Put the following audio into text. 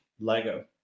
Lego